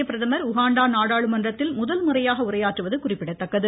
இந்திய பிரதமர் உகாண்டா நாடாளுமன்றத்தில் முதன் முறையாக உரையாற்றுவது குறிப்பிடத்தக்கது